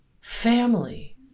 family